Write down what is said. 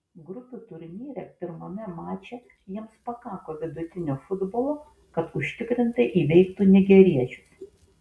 grupių turnyre pirmame mače jiems pakako vidutinio futbolo kad užtikrintai įveiktų nigeriečius